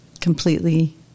completely